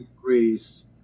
Greece